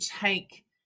take